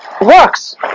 works